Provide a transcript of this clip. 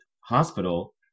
hospital